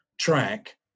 track